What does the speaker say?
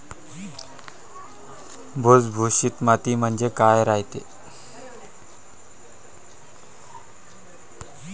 भुसभुशीत माती म्हणजे काय रायते?